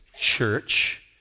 church